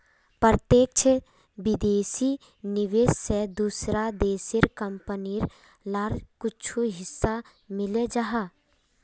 प्रत्यक्ष विदेशी निवेश से दूसरा देशेर कंपनी लार कुछु हिस्सा मिले जाहा